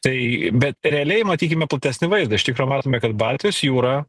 tai bet realiai matykime platesnį vaizdą iš tikro matome kad baltijos jūra